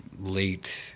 late